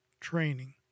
training